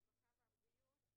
הרווחה והבריאות.